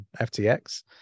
FTX